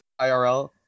IRL